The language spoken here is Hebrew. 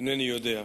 אינני יודע.